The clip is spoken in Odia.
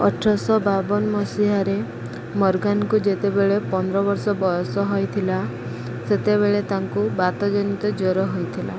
ଅଠରଶହ ବାବନ ମସିହାରେ ମୋର୍ଗାନଙ୍କୁ ଯେତେବେଳେ ପନ୍ଦର ବର୍ଷ ବୟସ ହେଇଥିଲା ସେତେବେଳେ ତାଙ୍କୁ ବାତ ଜନିତ ଜ୍ୱର ହେଇଥିଲା